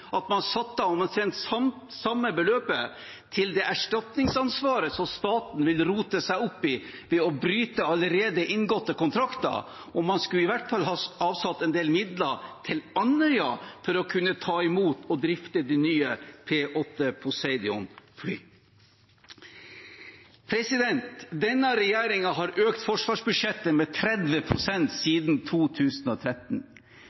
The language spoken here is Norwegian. at man satte av omtrent samme beløp til det erstatningsansvaret som staten vil rote seg opp i ved å bryte allerede inngåtte kontrakter. Man skulle i hvert fall ha avsatt en del midler til Andøya for å kunne ta imot og drifte de nye P-8A Poseidon-flyene. Denne regjeringen har økt forsvarsbudsjettet med